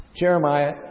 Jeremiah